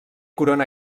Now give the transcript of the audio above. corona